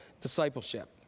discipleship